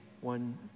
one